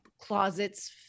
closets